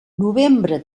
novembre